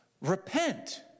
repent